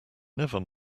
never